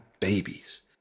babies